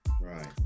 Right